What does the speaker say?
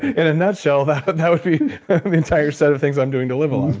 in a nutshell that but that would be the entire set of things i'm doing to live a long